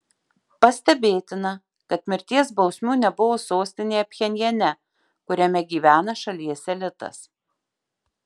pastebėtina kad mirties bausmių nebuvo sostinėje pchenjane kuriame gyvena šalies elitas